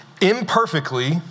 imperfectly